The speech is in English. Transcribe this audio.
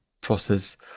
process